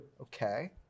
Okay